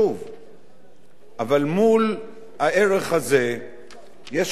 אבל מול הערך הזה יש ערכים נוספים בדמוקרטיה,